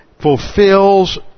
fulfills